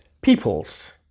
peoples